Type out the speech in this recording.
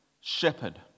shepherd